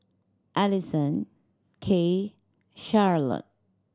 Alyson Kaye Charolette